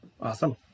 Awesome